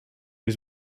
was